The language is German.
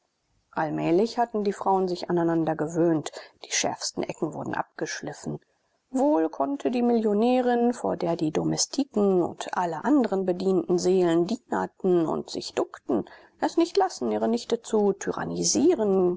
allmählich hatten die frauen sich aneinander gewöhnt die schärfsten ecken wurden abgeschliffen wohl konnte die millionärin vor der die domestiken und alle andren bedientenseelen dienerten und sich duckten es nicht lassen ihre nichte zu